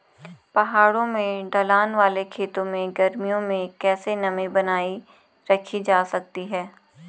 पहाड़ों में ढलान वाले खेतों में गर्मियों में कैसे नमी बनायी रखी जा सकती है?